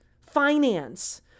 finance